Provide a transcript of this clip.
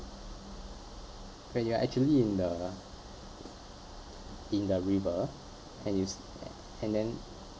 when you are actually in the in the river and you s~ and then